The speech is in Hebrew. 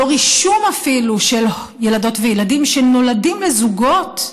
לא רישום, אפילו, של ילדות וילדים שנולדים לזוגות.